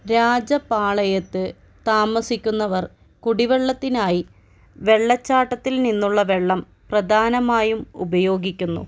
രാജപാളയത്ത് താമസിക്കുന്നവർ കുടിവെള്ളത്തിനായി വെള്ളച്ചാട്ടത്തിൽ നിന്നുള്ള വെള്ളം പ്രധാനമായും ഉപയോഗിക്കുന്നു